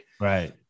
Right